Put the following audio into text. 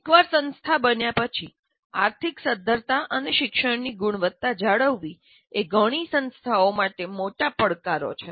એકવાર સંસ્થા બન્યા પછી આર્થિક સદ્ધરતા અને શિક્ષણની ગુણવત્તા જાળવવી એ ઘણી સંસ્થાઓ માટે મોટા પડકારો છે